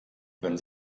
wenn